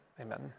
amen